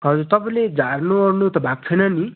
हजुर तपाईँले झार्नुओर्नु त भएको छैन नि